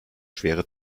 schwere